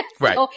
Right